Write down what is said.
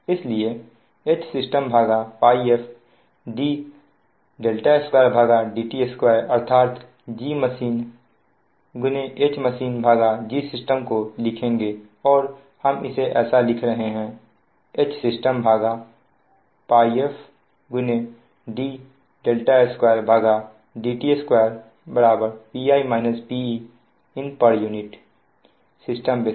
इसलिए HsystemΠf d2dt2 अर्थात Gmachine HmachineGsystem को लिखेंगे और हम इसे ऐसा लिख रहे हैं HsystemΠf d2dt2 Pi -Pe pu system base पर